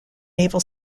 naval